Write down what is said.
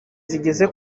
zigeze